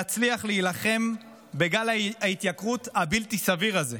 נצליח להילחם בגל ההתייקרויות הבלתי-סביר הזה.